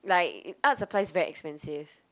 like art supplies very expensive